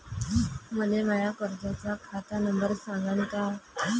मले माया कर्जाचा खात नंबर सांगान का?